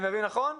אני מבין נכון?